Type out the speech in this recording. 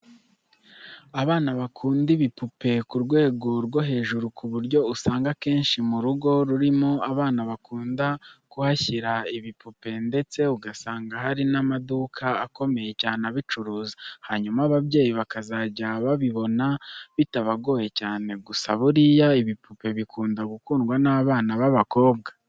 Abana bakunda ibipupe ku rwego rwo hejuru ku buryo usanga akenshi mu rugo rurimo abana bakunda kuhashyira ibipupe ndetse ugasanga hari n'amaduka akomeye cyane abicuruza, hanyuma ababyeyi bakazajya babibona bitabagoye cyane. Gusa buriya ibipupe bikunda gukundwa n'abana b'abakobwa.